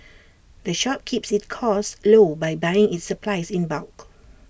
the shop keeps its costs low by buying its supplies in bulk